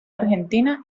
argentina